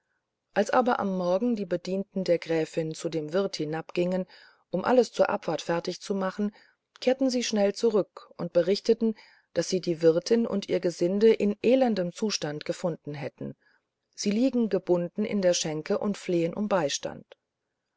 als aber am morgen die bedienten der gräfin zu dem wirt hinabgingen um alles zur abfahrt fertigzumachen kehrten sie schnell zurück und berichteten daß sie die wirtin und ihr gesinde in elendem zustande gefunden hätten sie liegen gebunden in der schenke und flehen um beistand